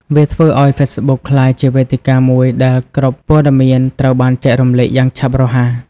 វាធ្វើឱ្យហ្វេសប៊ុកក្លាយជាវេទិកាមួយដែលគ្រប់ព័ត៌មានត្រូវបានចែករំលែកយ៉ាងឆាប់រហ័ស។